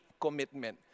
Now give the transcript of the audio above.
commitment